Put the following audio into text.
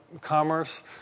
commerce